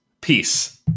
peace